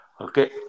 Okay